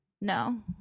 No